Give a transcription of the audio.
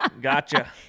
Gotcha